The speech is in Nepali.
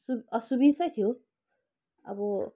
सु असुबिस्तै थियो अब